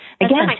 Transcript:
Again